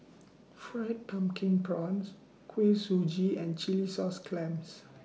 Fried Pumpkin Prawns Kuih Suji and Chilli Sauce Clams